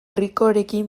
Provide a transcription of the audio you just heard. ricorekin